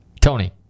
Tony